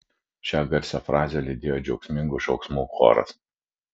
šią garsią frazę lydėjo džiaugsmingų šauksmų choras